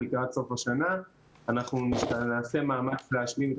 לקראת סוף השנה אנחנו נעשה מאמץ להשלים את